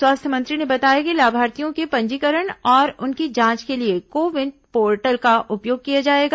स्वास्थ्य मंत्री ने बताया कि लाभार्थियों के पंजीकरण और उनकी जांच के लिए को विन पोर्टल का उपयोग किया जाएगा